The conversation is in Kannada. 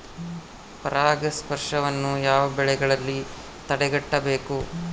ಪರಾಗಸ್ಪರ್ಶವನ್ನು ಯಾವ ಬೆಳೆಗಳಲ್ಲಿ ತಡೆಗಟ್ಟಬೇಕು?